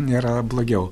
nėra blogiau